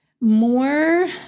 More